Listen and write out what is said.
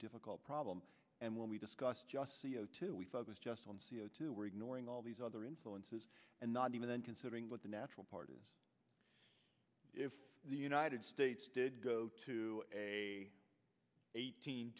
difficult problem and when we discuss just c o two we focus just on c o two we're ignoring all these other influences and not even then considering what the natural part is if the united states did go to a eighteen